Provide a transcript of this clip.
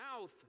mouth